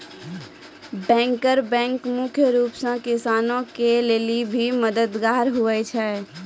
banker bank मुख्य रूप से किसान के लेली भी मददगार हुवै छै